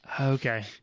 okay